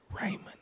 Raymond